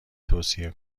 توصیه